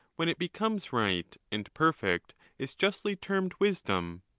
when it becomes right and perfect, is justly termed wisdom?